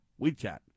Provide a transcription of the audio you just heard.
WeChat